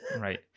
right